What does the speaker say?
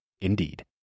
Indeed